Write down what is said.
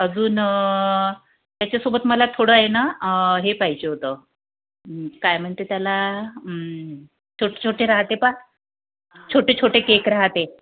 अजून त्याच्यासोबत मला थोडं आहे हे पाहिजे होतं काय म्हणते त्याला छोटे छोटे राहते पाहा छोटे छोटे केक राहते